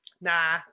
nah